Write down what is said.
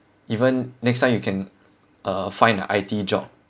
even next time you can uh find an I_T job